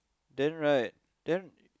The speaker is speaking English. then right then